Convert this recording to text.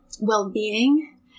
well-being